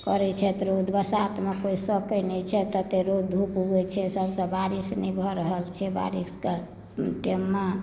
करैत छथि रौद बसातमे कोइ सकैत नहि छथि ततेक धूप उगैत छै सभसँ बारिश नहि भऽ रहल छै बारिशके टाइममे